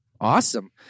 Awesome